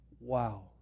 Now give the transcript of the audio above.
Wow